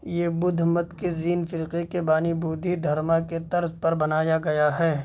یہ بدھ مت کے زین فرقے کے بانی بودھی دھرما کی طرز پر بنایا گیا ہے